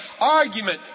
argument